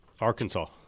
Arkansas